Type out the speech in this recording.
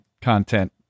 content